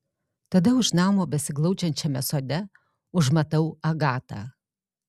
tada už namo besiglaudžiančiame sode užmatau agatą